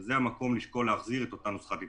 וזה המקום לשקול להחזיר את אותה נוסחת התייעלות.